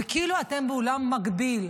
וכאילו אתם בעולם מקביל.